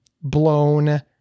blown